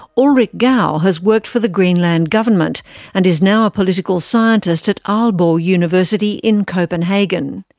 ulrik gad has worked for the greenland government and is now a political scientist at aalborg university, in copenhagen.